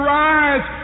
rise